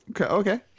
Okay